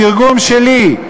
בתרגום שלי,